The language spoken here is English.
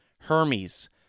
Hermes